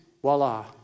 voila